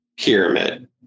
pyramid